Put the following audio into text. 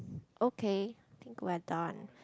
okay think we are done